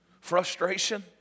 frustration